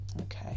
Okay